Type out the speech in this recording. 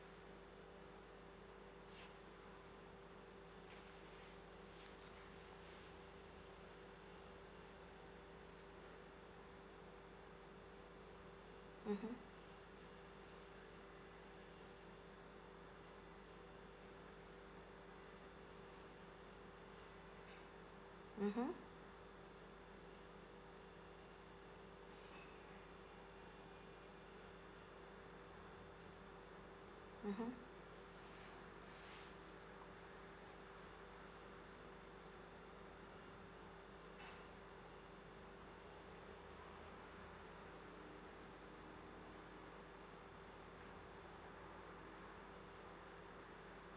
mmhmm mmhmm mmhmm